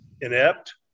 Inept